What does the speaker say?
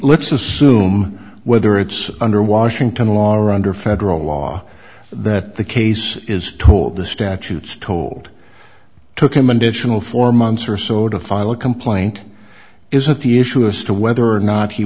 let's assume whether it's under washington law or under federal law that the case is taught the statutes told took him additional four months or so to file a complaint is that the issue as to whether or not he